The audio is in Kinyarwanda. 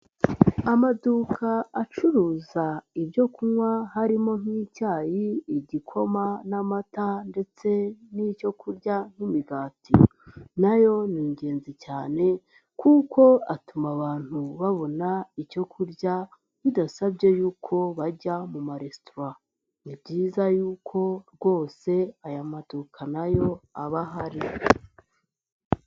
Amaduka acuruza ibyo kunywa harimo nk'icyayi, igikoma n'amata ndetse n'icyo kurya nk'imigati na yo ni ingenzi cyane kuko atuma abantu babona icyo kurya bidasabye yuko bajya mu maresitora, ni byiza yuko rwose aya maduka na yo aba ahari.